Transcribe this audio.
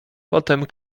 potem